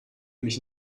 mich